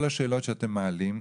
כל השאלות שאתם מעלים,